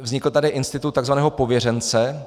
Vznikl tady institut tzv. pověřence.